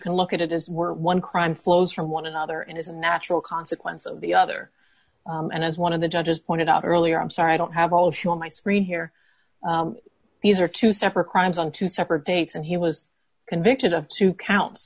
can look at it as we're one crime flows from one another and is a natural consequence of the other and as one of the judges pointed out earlier i'm sorry i don't have all shown my screen here these are two separate crimes on two separate dates and he was convicted of two counts